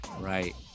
Right